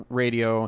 radio